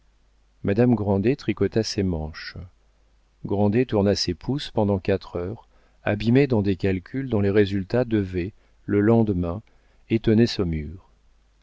madame grandet tricota ses manches grandet tourna ses pouces pendant quatre heures abîmé dans des calculs dont les résultats devaient le lendemain étonner saumur